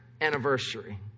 anniversary